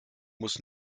muss